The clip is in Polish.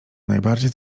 najbardziej